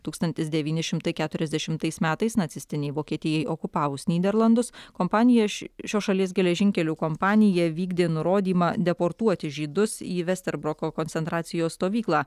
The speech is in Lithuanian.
tūkstantis devyni šimtai keturiasdešimtais metais nacistinei vokietijai okupavus nyderlandus kompanija šios šalies geležinkelių kompanija vykdė nurodymą deportuoti žydus į vesterbroko koncentracijos stovyklą